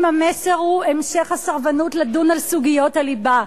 אם המסר הוא המשך הסרבנות לדון על סוגיות הליבה,